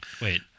Wait